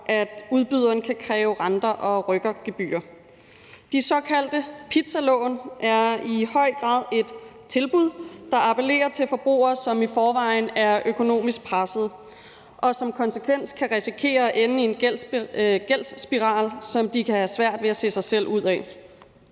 at udbyderen kan kræve renter og rykkergebyrer. De såkaldte pizzalån er i høj grad et tilbud, der appellerer til forbrugere, som i forvejen er økonomisk pressede og som konsekvens kan risikere at ende i en gældsspiral, som de kan have svært ved at se sig ud af.